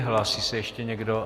Hlásí se ještě někdo?